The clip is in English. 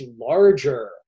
larger